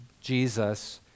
Jesus